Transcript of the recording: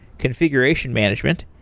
configuration management,